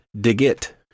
Digit